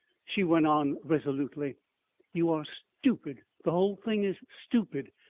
she went on resolutely you are stupid. the whole thing is stupid.